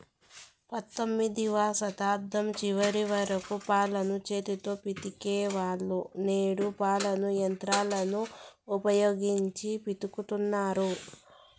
పంతొమ్మిదవ శతాబ్దం చివరి వరకు పాలను చేతితో పితికే వాళ్ళు, నేడు పాలను యంత్రాలను ఉపయోగించి పితుకుతన్నారు